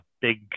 big